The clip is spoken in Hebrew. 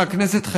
מהכנסת,